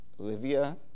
Olivia